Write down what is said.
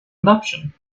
adoption